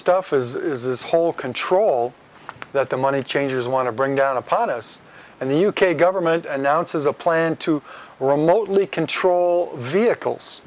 stuff is this whole control that the money changers want to bring down upon us and the u k government announces a plan to remotely control vehicles